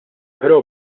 però